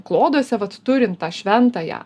kloduose vat turint tą šventąją